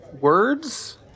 words